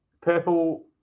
purple